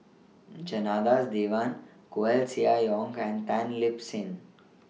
Janadas Devan Koeh Sia Yong and Tan Lip Seng